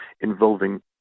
involving